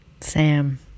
Sam